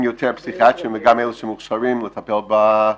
אם אין יותר פסיכיאטרים וגם אלה שמוכשרים לטפל באוכלוסייה